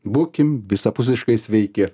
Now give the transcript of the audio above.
būkim visapusiškai sveiki